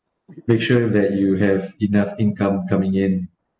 make sure that you have enough income coming in